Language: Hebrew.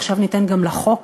עכשיו ניתן גם לחוק